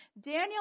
Daniel